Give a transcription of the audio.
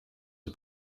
the